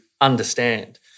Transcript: understand